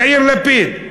יאיר לפיד: